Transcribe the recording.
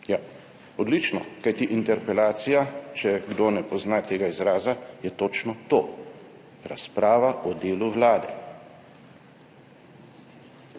odlično, kajti interpelacija, če kdo ne pozna tega izraza, je točno to – razprava o delu vlade.